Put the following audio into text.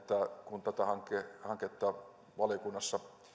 kun tätä hanketta valiokunnassa